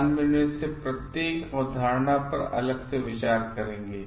हम इनमें से प्रत्येक अवधारणा पर अलग से विचार करेंगे